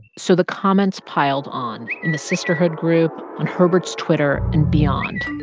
so the comments piled on, in the sisterhood group, on herbert's twitter and beyond